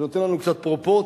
זה נותן לנו קצת פרופורציות,